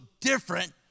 different